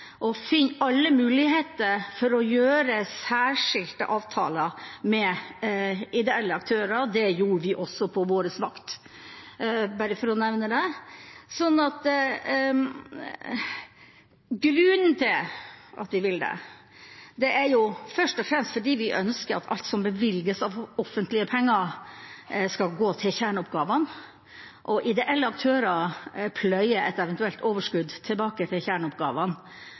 alle muligheter for å gjøre særskilte avtaler med ideelle aktører. Det gjorde vi også på vår vakt, bare for å nevne det. Grunnen til at vi vil det, er først og fremst at vi ønsker at alt som bevilges av offentlige penger, skal gå til kjerneoppgavene. Ideelle aktører pløyer et eventuelt overskudd tilbake til kjerneoppgavene,